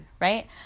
right